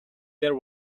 there